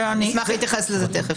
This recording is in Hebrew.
אני אשמח להתייחס לזה תיכף.